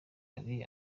hari